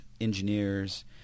engineers